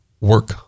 work